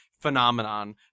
phenomenon